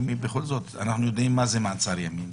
בכל זאת אנחנו יודעים מה זה מעצר ימים.